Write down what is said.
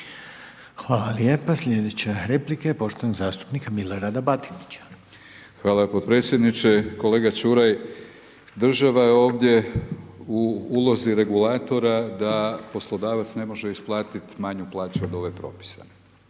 Hvala lijepa. Sljedeća replika je poštovanog zastupnika Milorada Batinića. **Batinić, Milorad (HNS)** Hvala potpredsjedniče. Kolega Čuraj, država je ovdje u ulozi regulatora da poslodavac ne može isplatiti manju plaću od ove propisane.